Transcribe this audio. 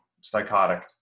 psychotic